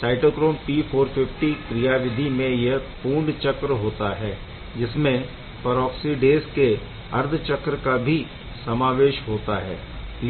cytochrome P450 क्रियाविधि में यह पूर्ण चक्र होता है जिसमें परऑक्सीडेस के अर्ध चक्र का भी समावेश होता है